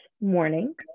morning